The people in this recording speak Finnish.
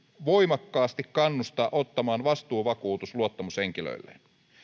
voimakkaasti kannustaa ottamaan vastuuvakuutus luottamushenkilöilleen